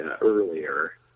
earlier